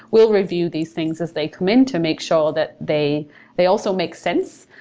will review these things as they come in to make sure that they they also make sense.